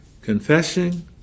confessing